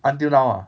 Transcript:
until now ah